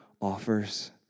offers